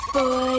Boy